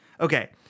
Okay